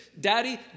daddy